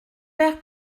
père